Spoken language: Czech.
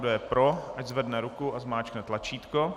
Kdo je pro, ať zvedne ruku a zmáčkne tlačítko.